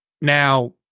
Now